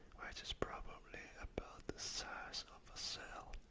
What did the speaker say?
which is probably about the size of a cell.